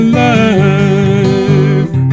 life